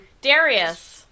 Darius